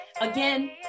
again